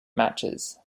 matches